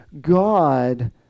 God